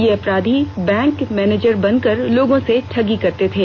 ये अपराधी bank manager बनकर लोगों से ठगी करते थे